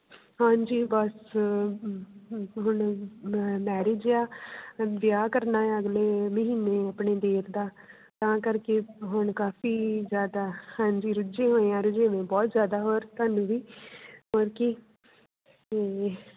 ਹਾਂਜੀ ਬਸ ਹੁਣ ਮੈਰਿਜ ਹੈ ਆ ਵਿਆਹ ਕਰਨਾ ਅਗਲੇ ਮਹੀਨੇ ਆਪਣੇ ਦੇਰ ਦਾ ਤਾਂ ਕਰਕੇ ਹੁਣ ਕਾਫੀ ਜ਼ਿਆਦਾ ਹਾਂਜੀ ਰੁੱਝੇ ਹੋਏ ਹਾਂ ਰੁਝੇਵੇਂ ਬਹੁਤ ਜ਼ਿਆਦਾ ਹੋਰ ਤੁਹਾਨੂੰ ਵੀ ਹੋਰ ਕੀ ਅਤੇ